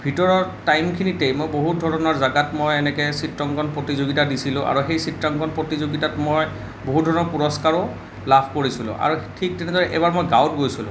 ভিতৰৰ টাইমখিনিতেই মই বহুত ধৰণৰ জাগাত মই এনেকে চিত্ৰাংকন প্ৰতিযোগিতা দিছিলোঁ আৰু সেই চিত্ৰাংকণ প্ৰতিযোগিতাত মই বহুত ধৰণৰ পুৰস্কাৰো লাভ কৰিছিলোঁ আৰু ঠিক তেনেদৰে এবাৰ মই গাঁৱত গৈছিলোঁ